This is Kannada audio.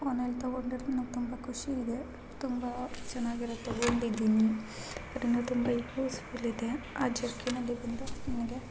ಆನ್ಲೈನಲ್ಲಿ ತಗೊಂಡಿರುದು ನನಗೆ ತುಂಬ ಖುಷಿ ಇದೆ ತುಂಬ ಚೆನ್ನಾಗಿರೋದು ತಗೊಂಡಿದ್ದೀನಿ ಅದರಿಂದ ತುಂಬ ಯೂಸ್ಫುಲ್ ಇದೆ ಆ ಜರ್ಕಿನ ತಗೊಂಡು ನನಗೆ